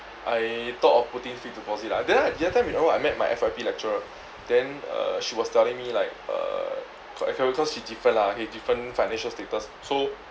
I thought of putting fixed deposit lah there the other time you know I met my F_Y_P lecturer then uh she was telling me like uh cause she different lah he different financial status so